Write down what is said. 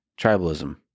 tribalism